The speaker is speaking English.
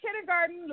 kindergarten